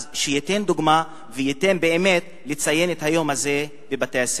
אז שייתן דוגמה וייתן באמת לציין את היום הזה בבתי-הספר.